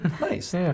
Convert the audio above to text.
Nice